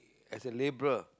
as a labourer